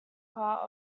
part